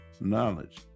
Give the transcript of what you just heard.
knowledge